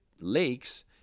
lakes